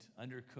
undercooked